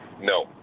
No